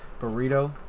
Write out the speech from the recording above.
burrito